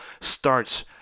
starts